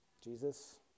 Jesus